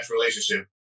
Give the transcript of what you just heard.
relationship